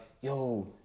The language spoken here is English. yo